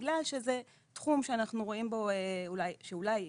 בגלל שזה תחום שאנחנו רואים בו שאולי,